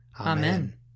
Amen